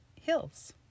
hills